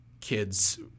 kids